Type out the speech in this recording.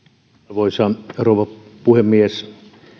arvoisa rouva puhemies